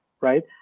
right